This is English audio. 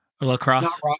Lacrosse